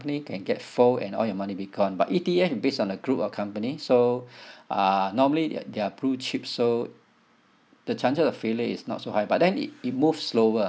can get fold and all your money be gone but E_T_F based on a group of company so uh normally they're they're blue chip so the chances of failure is not so high but then it it moves slower